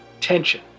tension